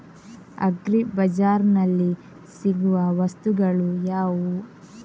Agri ಬಜಾರ್ನಲ್ಲಿ ಸಿಗುವ ವಸ್ತುಗಳು ಯಾವುವು?